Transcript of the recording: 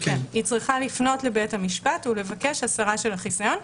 היא צריכה לפנות לבית המשפט ולבקש הסרה של החיסיון,